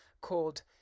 called